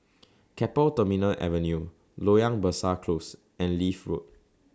Keppel Terminal Avenue Loyang Besar Close and Leith Road